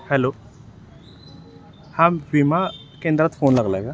hello हा विमा केंद्रात फोन लागला आहे का